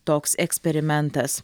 toks eksperimentas